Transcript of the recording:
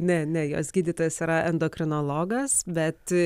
ne ne jos gydytojas yra endokrinologas bet